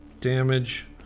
damage